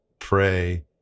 pray